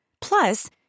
Plus